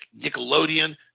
Nickelodeon